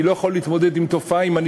אני לא יכול להתמודד עם תופעה אם אני